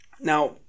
now